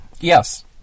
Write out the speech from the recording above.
yes